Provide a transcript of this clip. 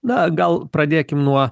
na gal pradėkim nuo